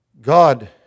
God